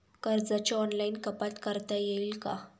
कर्जाची ऑनलाईन कपात करता येईल का?